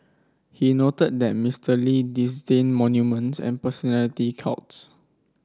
he noted that Mister Lee disdained monuments and personality cults